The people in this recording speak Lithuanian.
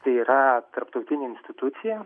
tai yra tarptautinė institucija